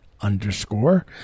underscore